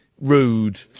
rude